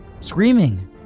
screaming